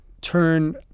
turn